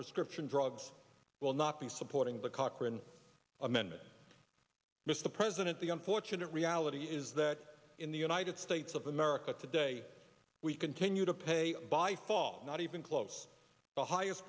prescription drugs will not be supporting the cochran amendment mr president the unfortunate reality is that in the united states of america today we continue to pay by fall not even close the highest